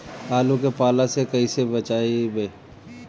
आलु के पाला से कईसे बचाईब?